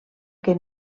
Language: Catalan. que